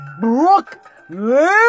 Brooklyn